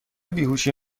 بیهوشی